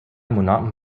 monaten